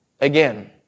again